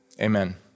amen